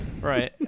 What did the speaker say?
Right